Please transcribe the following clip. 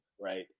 right